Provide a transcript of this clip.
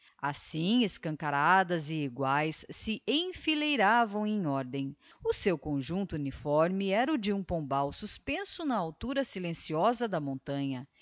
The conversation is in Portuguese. assim escancaradas e eguaes se enfileiravam em ordem o seu conuncto uniforme era o de um pombal suspenso na altura silenciosa da montanha